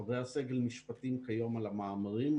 חברי הסגל נשפטים כיום על המאמרים,